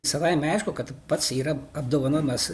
savaime aišku kad pats yra apdovanojamas